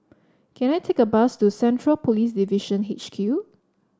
can I take a bus to Central Police Division H Q